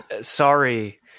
Sorry